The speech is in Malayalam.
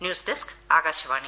ന്യൂസ്ഡെസ്ക്ആകാശവാണി